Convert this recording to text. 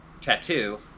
tattoo